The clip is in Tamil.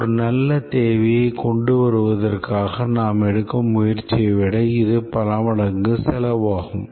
ஒரு நல்ல தேவையை கொண்டு வருவதற்காக நாம் எடுக்கும் முயற்சியை விட இது பல மடங்கு செலவாகும்